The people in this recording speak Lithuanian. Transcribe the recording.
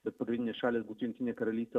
bet pagrindinis šalys būtų jungtinė karalystė